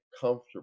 comfortable